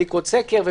בדיקות סקר.